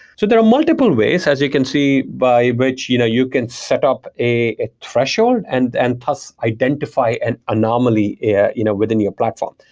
so there are multiple ways as you can see by which you know you can set up a a threshold and and thus identify an anomaly yeah you know within your platform.